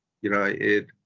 United